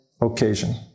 occasion